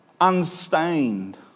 unstained